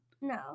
No